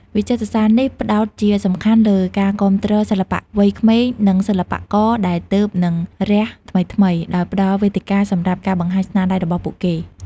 វិចិត្រសាលនេះផ្តោតជាសំខាន់លើការគាំទ្រសិល្បករវ័យក្មេង និងសិល្បករដែលទើបនឹងរះថ្មីៗ ដោយផ្តល់វេទិកាសម្រាប់ការបង្ហាញស្នាដៃរបស់ពួកគេ។